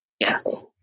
yes